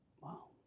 Wow